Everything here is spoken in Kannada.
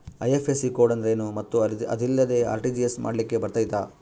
ಐ.ಎಫ್.ಎಸ್.ಸಿ ಕೋಡ್ ಅಂದ್ರೇನು ಮತ್ತು ಅದಿಲ್ಲದೆ ಆರ್.ಟಿ.ಜಿ.ಎಸ್ ಮಾಡ್ಲಿಕ್ಕೆ ಬರ್ತೈತಾ?